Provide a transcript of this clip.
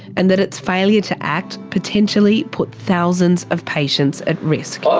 and that its failure to act potentially put thousands of patients at risk.